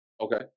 Okay